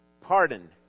Pardon